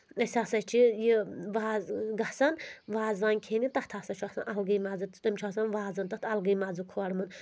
أسۍ ہسا چھِ یہِ وازٕ گژھان وازوان کھیٚنہِ تَتھ ہسا چھُ آسان الگٕے مَزٕ تٔمۍ چھُ آسان وازن تَتھ الگٕے مَزٕ کھولمُت